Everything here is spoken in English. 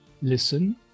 listen